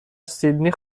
سیدنی